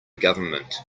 government